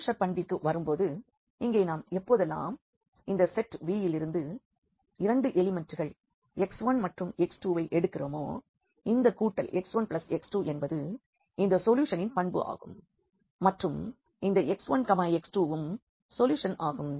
closure பண்பிற்கு வரும்போது இங்கே நாம் எப்பொழுதெல்லாம் இந்த செட் Vயிலிருந்து 2 எலிமெண்ட்கள் x1மற்றும் x2ஐ எடுக்கிறோமோ இந்த கூட்டல் x1x2என்பது இந்த சொல்யூஷனின் பண்பு ஆகும் மற்றும் இந்த x1x2யும் சொல்யூஷன் ஆகும்